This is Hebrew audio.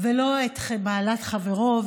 ולא את מעלת חברו,